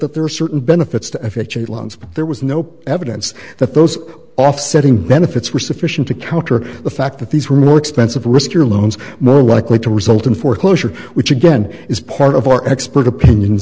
that there are certain benefits to f h a loans but there was no evidence that those offsetting benefits were sufficient to counter the fact that these were more expensive risk your loans more likely to result in foreclosure which again is part of our expert opinion